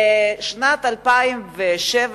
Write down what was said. בשנת 2007,